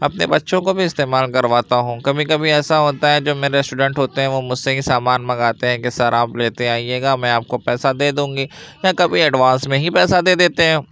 اپنے بچوں کو بھی استعمال کرواتا ہوں کبھی کبھی ایسا ہوتا ہے جو میرے اسٹوڈینٹ ہوتے ہیں وہ مجھ سے ہی سامان منگاتے ہیں کہ سر آپ لیتے آئیے گا میں آپ کو پیسہ دے دوں گی یا کبھی ایڈوانس میں ہی پیسہ دے دیتے ہیں